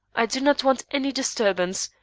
i do not want any disturbance,